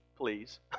please